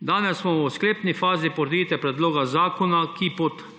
Danes smo v sklepni fazi potrditve predloga zakona, ki pod